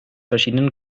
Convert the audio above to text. verschiedenen